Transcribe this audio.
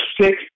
six